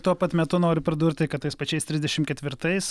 tuo pat metu noriu pridurti kad tais pačiais trisdešim ketvirtais